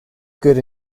good